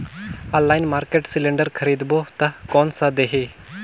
Online market cylinder खरीदबो ता कोन ला देही?